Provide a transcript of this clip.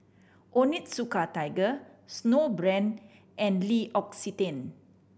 Onitsuka Tiger Snowbrand and L'Occitane